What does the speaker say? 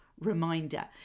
reminder